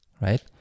right